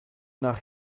nach